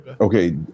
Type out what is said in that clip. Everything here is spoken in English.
Okay